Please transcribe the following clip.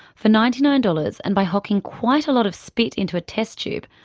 for ninety nine dollars and by hocking quite a lot of spit into a test tube,